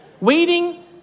Waiting